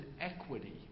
equity